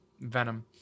venom